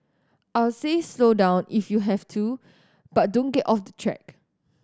I'll say slow down if you have to but don't get off the track